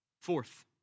Fourth